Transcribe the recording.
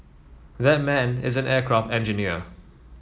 that man is an aircraft engineer